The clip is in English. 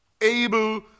able